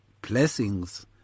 blessings